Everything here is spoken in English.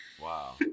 Wow